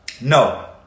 No